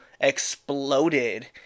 exploded